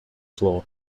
floor